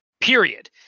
period